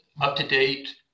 up-to-date